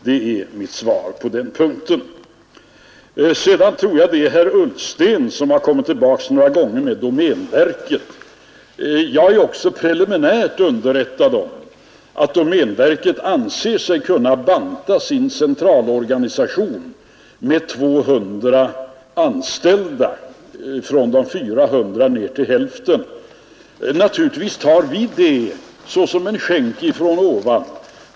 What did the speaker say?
Det är mitt svar på den punkten. Vidare tror jag det är herr Ullsten som har kommit tillbaka några gånger med att nämna domänverket. Jag är också preliminärt underrättad om att domänverket anser sig kunna banta sin centralorganisation med 200 anställda, ifrån 400 ner till hälften. Naturligtvis tar vi det såsom en skänk från ovan.